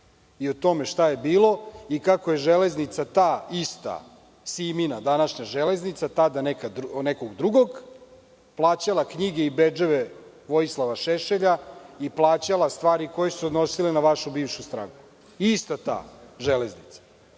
o tome šta je bilo i kako je železnica, ta ista, Simina, današnja železnica, tada od nekog drugog, plaćala knjige i bedževe Vojislava Šešelja i plaćala stvari koje su se odnosile na vašu bivšu stranku. Ista ta železnica.